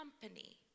company